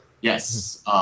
Yes